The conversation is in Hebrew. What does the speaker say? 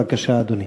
בבקשה, אדוני.